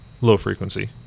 low-frequency